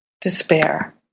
despair